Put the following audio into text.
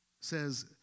says